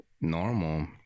normal